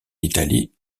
italie